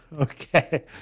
Okay